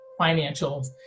financials